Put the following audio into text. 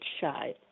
shy